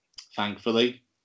Thankfully